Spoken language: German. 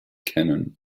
kennen